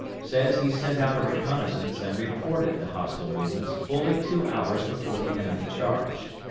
says he sent out a reconnoissance and reported the hostile movements fully two hours before the enemy charged.